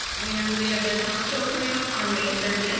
and they have their talent show coming up on may thirty. ah